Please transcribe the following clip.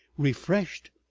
refreshed,